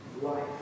life